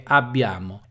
abbiamo